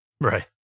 Right